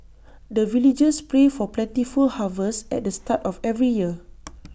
the villagers pray for plentiful harvest at the start of every year